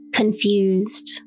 confused